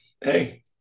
Hey